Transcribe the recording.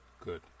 Good